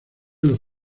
los